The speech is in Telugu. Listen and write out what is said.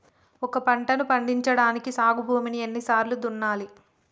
ఒక పంటని పండించడానికి సాగు భూమిని ఎన్ని సార్లు దున్నాలి?